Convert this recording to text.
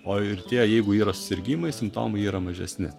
o ir tie jeigu yra sirgimai simptomai yra mažesni